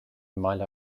mbaile